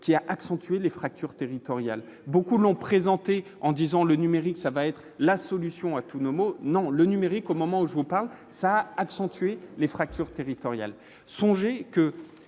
qui a accentué les fractures territoriales, beaucoup l'ont présentée en disant : le numérique, ça va être la solution à tous nos maux, non le numérique au moment où je vous parle, ça accentué les fractures territoriales, songez que